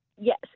yes